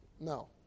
No